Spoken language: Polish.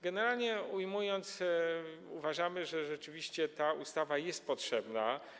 Generalnie ujmując, uważamy, że rzeczywiście ta ustawa jest potrzebna.